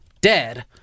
dead